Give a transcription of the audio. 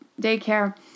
daycare